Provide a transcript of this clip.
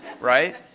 right